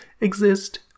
exist